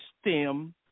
STEM